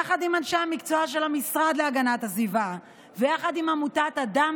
יחד עם אנשי המקצוע של המשרד להגנת הסביבה ויחד עם עמותת אדם